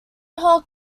hoc